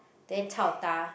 then chao da